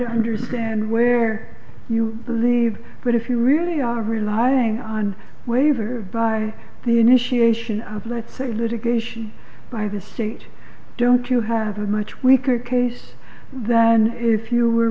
to understand where you believe but if you really are relying on waiver by the initiation of let's say litigation by the state don't you have a much weaker case then if you